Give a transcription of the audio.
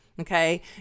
okay